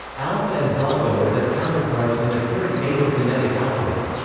alpha and bravo are their counterparts in the current nato phonetic alphabet.